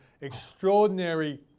extraordinary